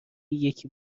یکی